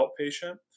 outpatient